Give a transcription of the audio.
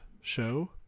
show